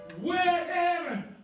wherever